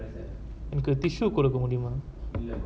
எனக்கு ஒரு:enaku oru tissue கொடுக்க முடியுமா:koduka mudiuma